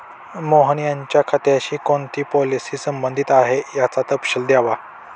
मोहन यांच्या खात्याशी कोणती पॉलिसी संबंधित आहे, याचा तपशील द्यावा